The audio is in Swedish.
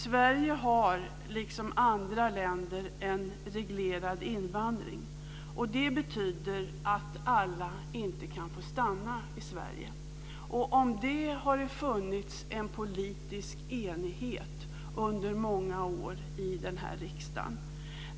Sverige har liksom andra länder en reglerad invandring. Det betyder att alla inte kan få stanna i Sverige. Om detta har det funnits en politisk enighet under många år i den här riksdagen.